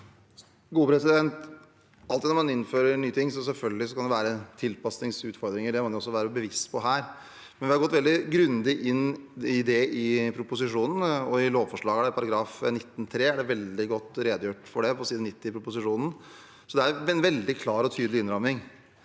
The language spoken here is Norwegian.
Vedum Når man innfører nye ting, kan det selvfølgelig alltid være tilpasningsutfordringer. Det må man også være bevisst på her. Vi har gått veldig grundig inn i det i proposisjonen, og i lovforslagets § 19-3 er det veldig godt redegjort for det – på side 90 i proposisjonen. Så det er en veldig klar og tydelig innramming.